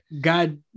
God